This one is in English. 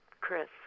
chris